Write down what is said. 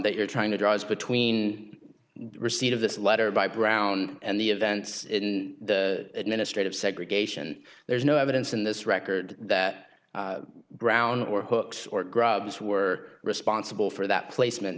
that you're trying to draw is between receipt of this letter by brown and the events in the administrative segregation there's no evidence in this record that brown or hooks or grubs were responsible for that placement